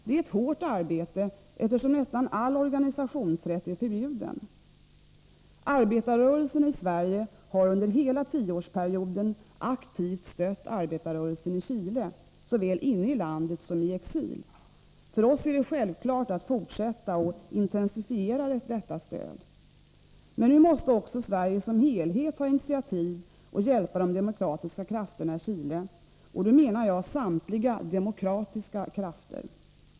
Det är ett hårt arbete, eftersom organisationsrätten är nästan helt obefintlig. Arbetarrörelsen i Sverige har under hela tioårsperioden aktivt stött arbetar rörelsen i Chile, såväl inne i landet som i exil. För oss är det självklart att fortsätta och intensifiera detta stöd. Men nu måste också Sverige som helhet ta initiativ och hjälpa de demokratiska krafterna i Chile — och då menar jag samtliga demokratiska krafter.